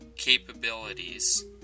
capabilities